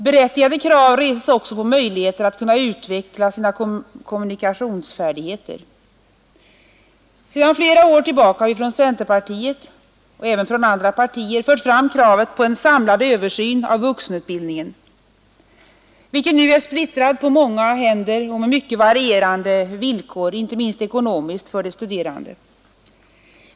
Berättigade krav reses också på möjligheter att utveckla sina kommunikationsfärdigheter. Sedan flera år har vi från centerpartiet och även andra partier fört fram kravet på en översyn av vuxenutbildningen, vilken nu är splittrad på många händer och med mycket varierande villkor, inte minst ekonomiska, för de studerande.